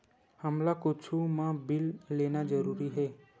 हमला कुछु मा बिल लेना जरूरी हे?